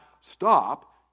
stop